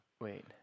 Wait